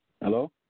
Hello